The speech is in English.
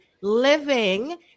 living